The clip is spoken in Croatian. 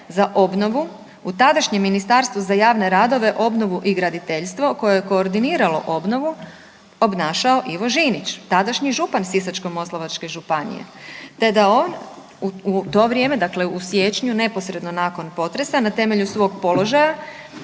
za obnovu u tadašnjem Ministarstvu za javne radove, obnovu i graditeljstvo koje je koordiniralo obnovu obnašao Ivo Žinić tadašnji župan Sisačko-moslavačke županije, te da on u to vrijeme, dakle u siječnju neposredno nakon potresa na temelju svog položaja